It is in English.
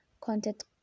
content